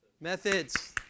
Methods